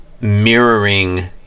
mirroring